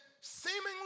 seemingly